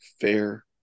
fair